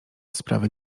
sprawy